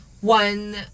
one